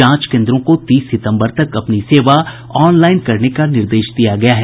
जांच केंद्रों को तीस सितंबर तक अपनी सेवा ऑनलाइन करने का निर्देश दिया गया है